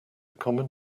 common